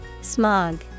Smog